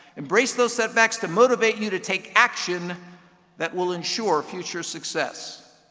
embrace those setbacks to motivate you to take action that will ensure future success.